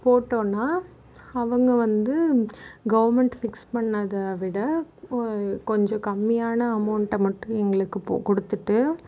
போட்டோம்னா அவங்க வந்து கவெர்மெண்ட் ஃபிக்ஸ் பண்ணிணத விட கொஞ்சம் கம்மியான அமௌன்ட்டை மட்டும் எங்களுக்கு கொடுத்துட்டு